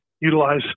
utilize